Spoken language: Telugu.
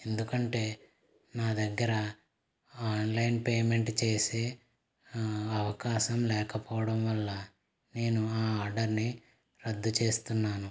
ఎందుకంటే నా దగ్గర ఆన్లైన్ పేమెంట్ చేసే అవకాశం లేకపోవడం వల్ల నేను ఆ ఆర్డర్ని రద్దు చేస్తున్నాను